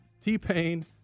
T-Pain